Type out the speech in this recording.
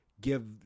give